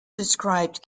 described